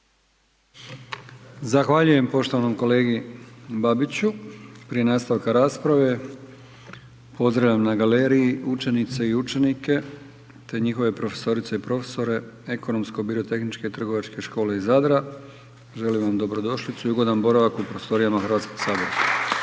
Zahvaljujem poštovanom kolegi Babiću. Prije nastavka rasprave pozdravljam na galeriji učenice i učenike te njihove profesorice i profesore Ekonomsko birotehničke trgovačke škole iz Zadra, želim vam dobrodošlicu i ugodan boravak u prostorijama Hrvatskoga sabora.